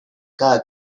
cada